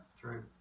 True